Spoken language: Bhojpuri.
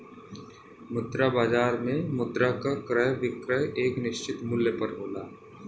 मुद्रा बाजार में मुद्रा क क्रय विक्रय एक निश्चित मूल्य पर होला